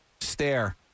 stare